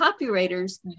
copywriters